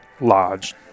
lodge